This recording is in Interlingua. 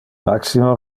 maximo